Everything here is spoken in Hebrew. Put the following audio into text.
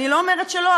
אני לא אומרת שלא,